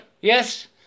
Yes